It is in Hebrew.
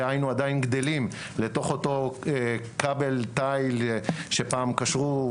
דהיינו שעדיין גדלים לתוך אותו כבל תיל שפעם קשרו,